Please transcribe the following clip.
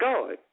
God